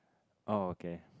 oh okay